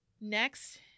Next